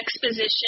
exposition